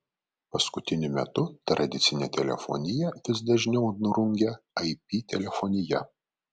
paskutiniu metu tradicinę telefoniją vis dažniau nurungia ip telefonija